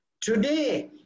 Today